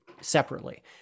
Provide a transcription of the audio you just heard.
separately